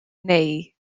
neu